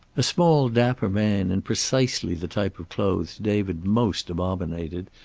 a small, dapper man, in precisely the type of clothes david most abominated,